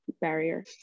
barrier